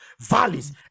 valleys